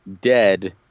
dead